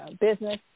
business